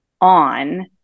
on